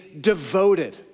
devoted